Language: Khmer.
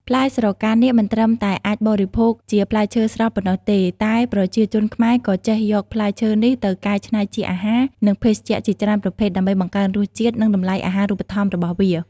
ផ្លែស្រកានាគមិនត្រឹមតែអាចបរិភោគជាផ្លែឈើស្រស់ប៉ុណ្ណោះទេ តែប្រជាជនខ្មែរក៏ចេះយកផ្លែឈើនេះទៅកែច្នៃជាអាហារ និងភេសជ្ជៈជាច្រើនប្រភេទ ដើម្បីបង្កើនរសជាតិ និងតម្លៃអាហារូបត្ថម្ភរបស់វា។